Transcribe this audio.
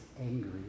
angry